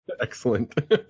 Excellent